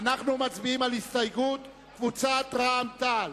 אנחנו מצביעים על הסתייגות קבוצת רע"ם-תע"ל